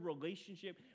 relationship